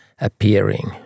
appearing